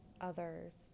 others